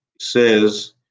says